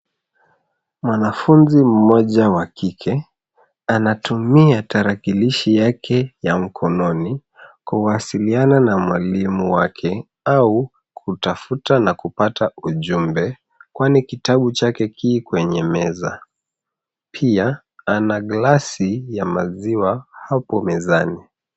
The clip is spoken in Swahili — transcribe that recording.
Mwanafunzi mmoja wa kike, anatumia tarakilishi yake ya mkononi kuwasiliana na mwalimu wake au kutafuta na kupata ujumbe, kwani kitabu chake ki kwenye meza. Pia, ana glasi ya maziwa hapo mezani.